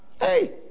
Hey